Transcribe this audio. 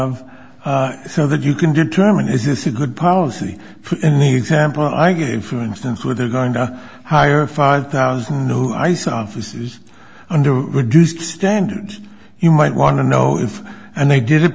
sequenced so that you can determine is this a good policy in the example i get in for instance where they're going to hire five thousand new ice officers under reduced standards you might want to know if and they did it